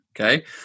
Okay